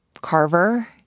Carver